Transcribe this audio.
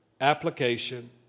application